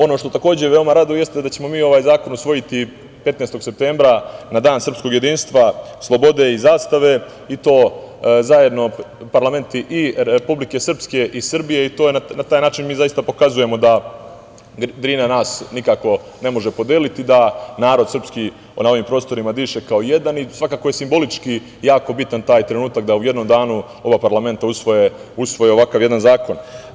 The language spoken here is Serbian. Ono što takođe veoma raduje jeste da ćemo mi ovaj zakon usvojiti 15. septembra na Dan srpskog jedinstva, slobode i zastave, i to zajedno parlamenti Republike Srpske i Srbije i na taj način pokazujemo da Drina nas nikako ne može podeliti, da narod srpski na ovim prostorima diše kao jedan i svakako je simbolično jako bitan taj trenutak da u jednom danu oba parlamenta usvoje ovakav jedan zakon.